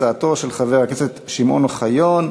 הצעתו של חבר הכנסת שמעון אוחיון.